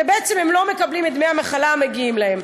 והם לא מקבלים את דמי המחלה המגיעים להם.